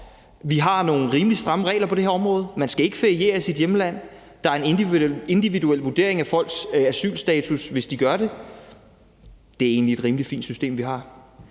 Vi har nogle rimelig stramme regler på det område. Man skal ikke feriere i sit hjemland. Der er en individuel vurdering af folks asylstatus, hvis de gør det. Det er egentlig et rimelig fint system, vi har.